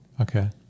Okay